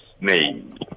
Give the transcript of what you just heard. name